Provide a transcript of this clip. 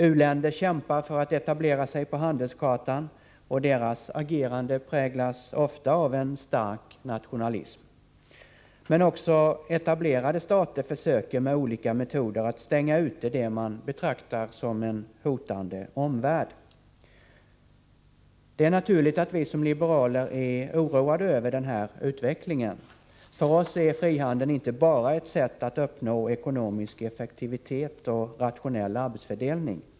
U-länder kämpar för att etablera sig på handelskartan, och deras agerande präglas ofta av en stark nationalism. Men också etablerade stater försöker med olika metoder stänga ute det man betraktar som en hotande omvärld. Det är naturligt att vi som liberaler är oroade över denna utveckling. För oss är frihandeln inte bara ett sätt att uppnå ekonomisk effektivitet och rationell arbetsfördelning.